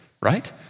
Right